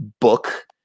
book